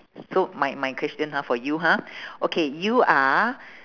so my my question ha for you ha okay you are